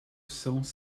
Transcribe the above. cents